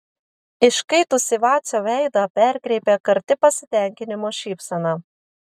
iškaitusį vacio veidą perkreipia karti pasitenkinimo šypsena